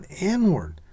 inward